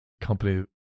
company